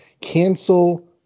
cancel